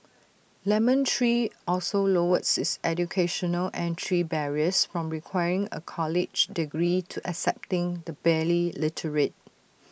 lemon tree also lowered its educational entry barriers from requiring A college degree to accepting the barely literate